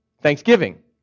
Thanksgiving